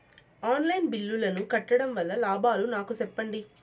On line బిల్లుల ను కట్టడం వల్ల లాభాలు నాకు సెప్పండి?